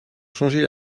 changer